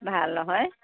ভাল নহয়